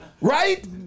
Right